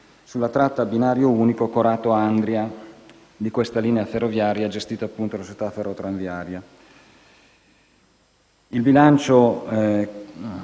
sulla tratta a binario unico Corato-Andria di questa linea ferroviaria gestita dalla società Ferrotramviaria. Il bilancio